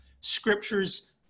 scriptures